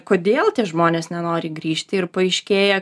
kodėl tie žmonės nenori grįžti ir paaiškėja